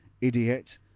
idiot